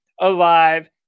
alive